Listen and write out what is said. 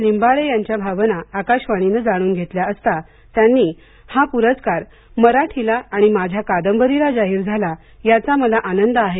लिंबाळे यांच्या भावना आकाशवाणीने जाणून घेतल्या असता त्यांनी हा पुरस्कार मराठीला आणि माझ्या कादंबरीला जाहीर झाला याचा मला आनंद आहे